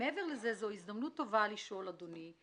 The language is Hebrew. מעבר לזה, זאת הזדמנות טובה לשאול, אדוני: